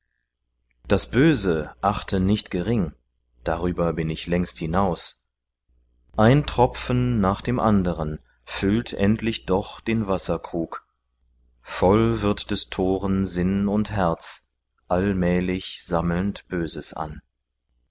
das böse achte nicht gering darüber bin ich längst hinaus ein tropfen nach dem anderen füllt endlich doch den wasserkrug voll wird des toren sinn und herz allmälig sammelnd böses an